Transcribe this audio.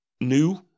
new